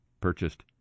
purchased